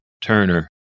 Turner